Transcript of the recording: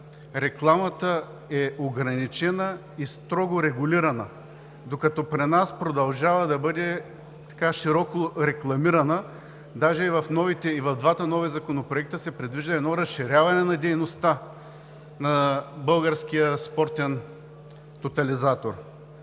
рекламата е ограничена и строго регулирана, докато при нас продължава да бъде широко рекламирана. Даже и в двата нови законопроекта се предвижда едно разширяване на дейността на Българския спортен тотализатор.